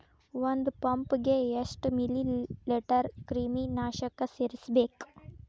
ಒಂದ್ ಪಂಪ್ ಗೆ ಎಷ್ಟ್ ಮಿಲಿ ಲೇಟರ್ ಕ್ರಿಮಿ ನಾಶಕ ಸೇರಸ್ಬೇಕ್?